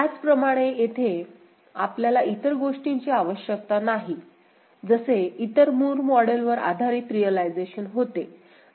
त्याचप्रमाणे येथे आपल्याला इतर गोष्टींची आवश्यकता नाही जसे इतर मूर मॉडेल आधारित रिअलायझेशन होते